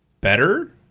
better